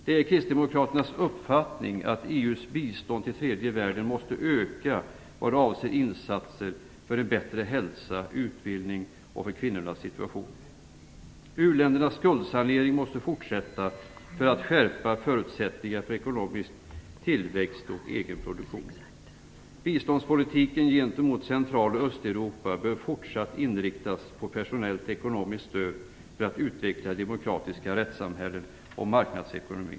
Det är kristdemokraternas uppfattning att EU:s bistånd till tredje världen måste öka vad avser insatser för en bättre hälsa, för utbildning och för kvinnornas situation. U-ländernas skuldsanering måste fortsätta för att skapa förutsättningar för ekonomisk tillväxt och egen produktion. Östeuropa bör fortsatt inriktas på personellt och ekonomiskt stöd för att utveckla demokratiska rättssamhällen och marknadsekonomi.